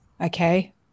okay